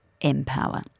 Empower